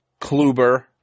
Kluber